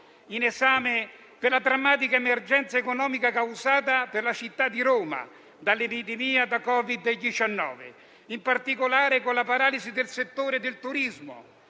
in esame per la drammatica emergenza economica causata per la città di Roma dall'epidemia da Covid-19, in particolare con la paralisi del settore del turismo,